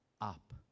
up